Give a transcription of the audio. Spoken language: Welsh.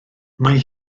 mae